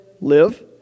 live